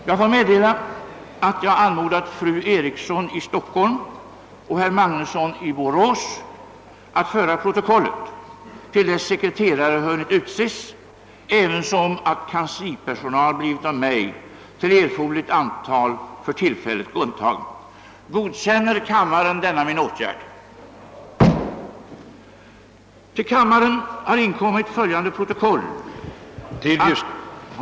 Till justitiedepartementet har från länsstyrelsen i Stockholms län inkommit fullmakter för redaktören Folke Björkman och statssekreteraren Sven Göran Olhede som vid nya röstsammanräkningar utsetts till ledamöter av riksdagens andra kammare i stället för avgångna ledamöter av kammaren. Kungl. Maj:t har den 19 december 1969 förordnat att granskning av fullmakterna skall företas inför statsrådet Carl Lidbom.